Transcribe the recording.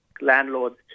landlords